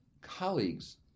colleagues